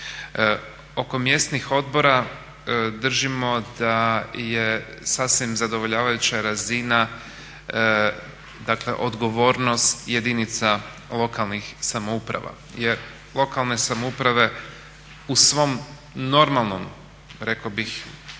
Oko mjesnih odbora držimo da je sasvim zadovoljavajuća razina odgovornost jedinica lokalne samouprave jer lokalne samouprave u svom normalnom rekao bih